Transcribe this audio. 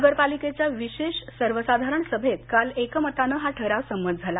नगरपालिकेच्या विशेष सर्वसाधारण सभेत काल एक मताने हा ठराव संमत झाला